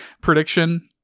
prediction